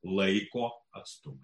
laiko atstumai